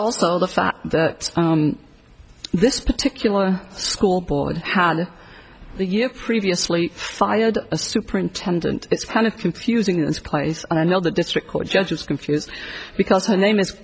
also the fact that this particular school board had the year previously fired a superintendent it's kind of confusing this place i know the district court judge was confused because her name is